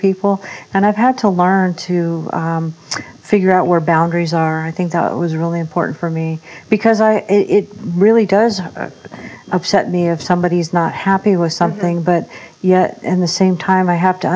people and i've had to learn to figure out where boundaries are i think that was really important for me because i it really does upset me of somebody who's not happy with something but yet in the same time i have to